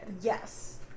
Yes